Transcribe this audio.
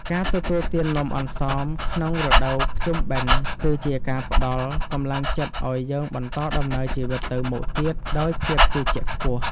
ការទទួលទាននំអន្សមក្នុងរដូវភ្ជុំបិណ្ឌគឺជាការផ្ដល់កម្លាំងចិត្តឱ្យយើងបន្តដំណើរជីវិតទៅមុខទៀតដោយភាពជឿជាក់ខ្ពស់។